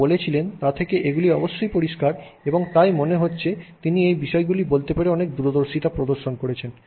তিনি যা বলেছিলেন তা থেকে এগুলি অবশ্যই পরিষ্কার এবং তাই মনে হচ্ছে তিনি এই বিষয়গুলি বলতে পেরে অনেক দূরদর্শিতা প্রদর্শন করেছেন